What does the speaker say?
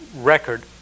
record